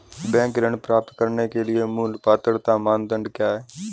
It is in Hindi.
बैंक ऋण प्राप्त करने के लिए मूल पात्रता मानदंड क्या हैं?